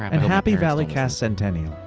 and happy valleycast centennial.